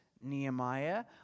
Nehemiah